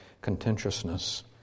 contentiousness